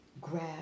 grab